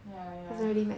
yeah yeah